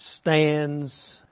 stands